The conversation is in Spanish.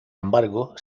embargo